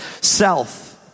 self